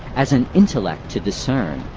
as an intellect to discern,